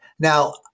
Now